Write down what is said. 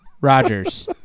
Rogers